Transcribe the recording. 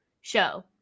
show